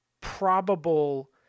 probable